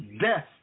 death